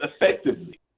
effectively